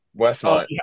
Westmont